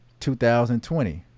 2020